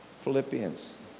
Philippians